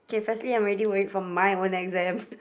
okay firstly I'm already worried for my own exam